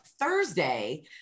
Thursday